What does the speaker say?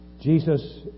Jesus